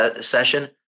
session